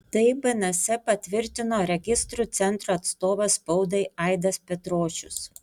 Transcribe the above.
tai bns patvirtino registrų centro atstovas spaudai aidas petrošius